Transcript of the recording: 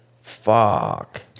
Fuck